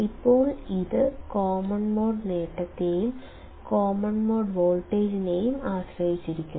ഇപ്പോൾ ഇത് common mode നേട്ടത്തെയും കോമൺ മോഡ് വോൾട്ടേജിനെയും ആശ്രയിച്ചിരിക്കും